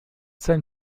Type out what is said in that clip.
sein